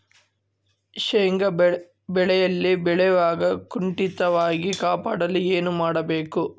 ಶೇಂಗಾ ಬೆಳೆಯಲ್ಲಿ ಬೆಳವಣಿಗೆ ಕುಂಠಿತವಾಗದಂತೆ ಕಾಪಾಡಲು ಏನು ಮಾಡಬೇಕು?